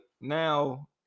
now